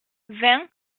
vingt